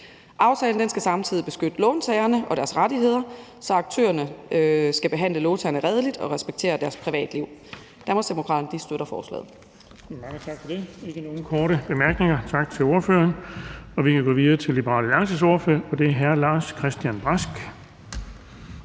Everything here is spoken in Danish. Aftalen skal samtidig beskytte låntagerne og deres rettigheder, så aktørerne skal behandle låntagerne redeligt og respektere deres privatliv. Danmarksdemokraterne støtter forslaget.